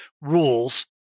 rules